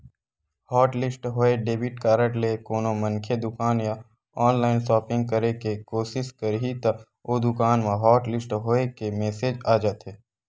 hotlist होए debit card ले कोनो मनखे दुकान या ऑनलाईन सॉपिंग करे के कोसिस करही त ओ दुकान म हॉटलिस्ट होए के मेसेज आ जाथे